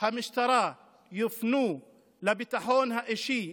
המשטרה יופנו לביטחון האישי,